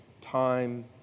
time